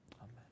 amen